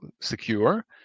Secure